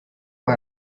per